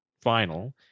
final